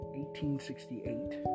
1868